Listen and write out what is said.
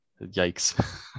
Yikes